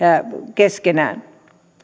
keskenään